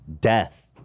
Death